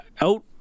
out